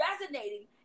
resonating